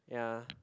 ya